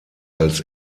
als